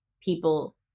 people